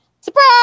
surprise